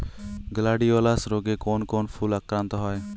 Gladiolus রোগে কোন কোন ফুল আক্রান্ত হয়?